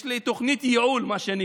יש לי תוכנית ייעול, מה שנקרא.